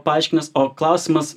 paaiškinęs o klausimas